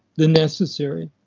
the necessary.